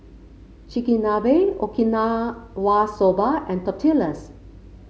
Chigenabe Okinawa Soba and Tortillas